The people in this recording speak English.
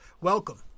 Welcome